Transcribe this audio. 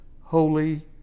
Holy